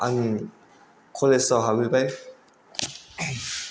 आं कलेजआव हाबहैबाय